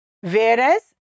Whereas